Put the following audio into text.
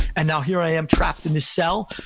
and now here i am trapped in this cell.